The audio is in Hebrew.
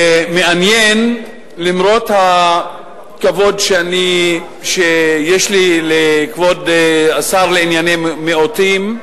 מעניין שלמרות הכבוד שיש לי לכבוד השר לענייני מיעוטים,